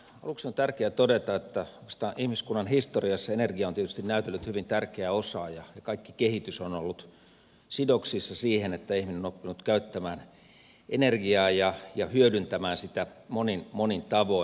aluksi on tärkeää todeta että oikeastaan ihmiskunnan historiassa energia on tietysti näytellyt hyvin tärkeää osaa ja kaikki kehitys on ollut sidoksissa siihen että ihminen on oppinut käyttämään energiaa ja hyödyntämään sitä monin tavoin